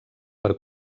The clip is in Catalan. per